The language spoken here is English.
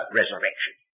resurrection